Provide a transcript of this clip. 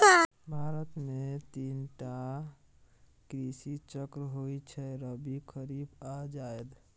भारत मे तीन टा कृषि चक्र होइ छै रबी, खरीफ आ जाएद